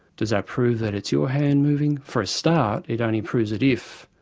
does that prove that it's your hand moving? for a start, it only proves that if,